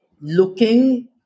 looking